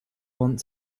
want